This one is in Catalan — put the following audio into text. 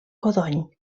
codony